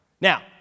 Now